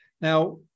Now